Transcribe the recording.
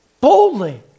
boldly